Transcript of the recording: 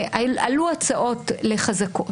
עלו הצעות לחזקות.